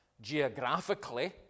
Geographically